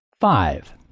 Five